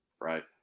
Right